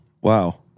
Wow